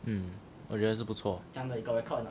嗯我觉得是不错